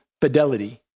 fidelity